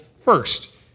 first